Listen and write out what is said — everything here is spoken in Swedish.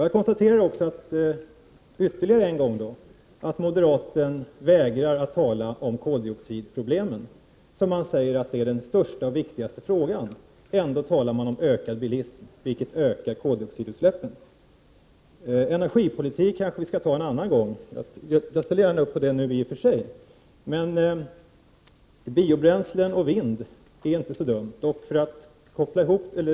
Jag konstaterar ännu en gång att moderaterna vägrar tala om koldioxidproblemen, som de säger är den största och viktigaste frågan. Ändå talar de om ökad bilism, vilket ökar koldioxidutsläppen. Vi kanske kan diskutera energipolitiken någon annan gång. Jag ställer i och för sig gärna upp på att göra det nu. Men det är inte så dumt med 127 biobränsle och vind.